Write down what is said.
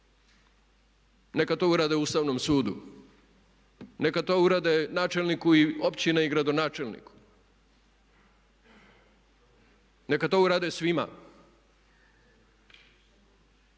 Neka to urade Ustavnom sudu. Neka to urade načelniku općine i gradonačelniku. Neka to urade svima.